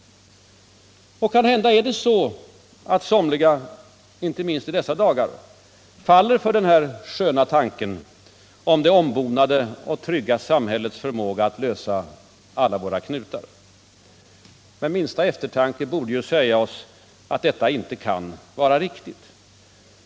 Kanhända är det så att somliga, inte minst i dessa dagar, faller för den sköna tanken om det ombonade och trygga samhällets förmåga att lösa alla våra knutar. Men minsta eftertanke borde ju säga oss att detta inte kan vara riktigt.